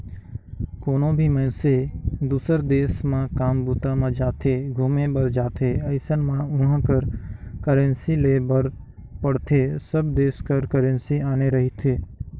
कोनो भी मइनसे दुसर देस म काम बूता म जाथे, घुमे बर जाथे अइसन म उहाँ कर करेंसी लेय बर पड़थे सब देस कर करेंसी आने रहिथे